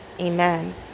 Amen